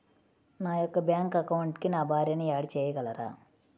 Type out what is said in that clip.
నా యొక్క బ్యాంక్ అకౌంట్కి నా భార్యని యాడ్ చేయగలరా?